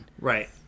right